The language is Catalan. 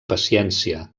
paciència